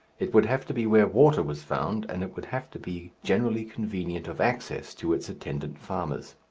it would have to be where water was found, and it would have to be generally convenient of access to its attendant farmers.